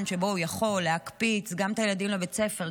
שבו הוא יכול להקפיץ גם את הילדים לבית הספר,